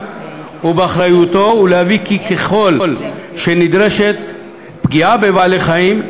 ובאחריותו ולהבטיח כי ככל שנדרשת פגיעה בבעלי-החיים,